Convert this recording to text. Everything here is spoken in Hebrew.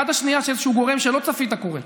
עד השנייה שאיזשהו גורם שלא צפית קורה,